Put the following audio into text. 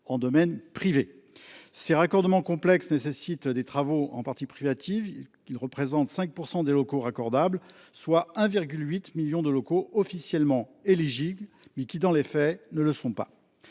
en domaine privé. Ces raccordements complexes nécessitent des travaux dans des parties privatives et touchent 5 % des locaux raccordables, soit 1,8 million de locaux officiellement éligibles, mais qui, dans les faits, ne le sont pas.